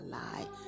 lie